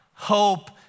hope